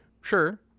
Sure